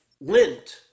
lint